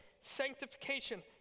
sanctification